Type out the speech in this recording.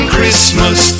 Christmas